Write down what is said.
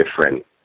different